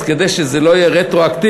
אז כדי שזה לא יהיה רטרואקטיבי,